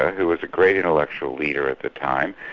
ah who was a great intellectual leader at the time,